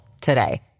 today